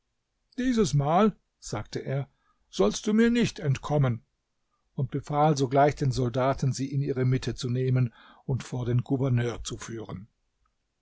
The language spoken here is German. dieses mal sagte er sollst du mir nicht entkommen und befahl sogleich den soldaten sie in ihre mitte zu nehmen und vor den gouverneur zu führen